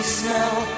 smell